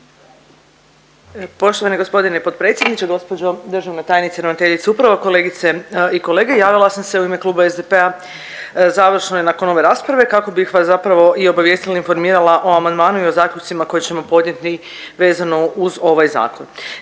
Poštovani gospodine potpredsjedniče, gospođo državna tajnice, ravnateljice uprava, kolegice i kolege javila sam se u ime Kluba SDP-a završno i nakon ove rasprave kako bih vas zapravo i obavijestila i informirala o amandmanu i o zaključcima koje ćemo podnijeti vezano uz ovaj zakon.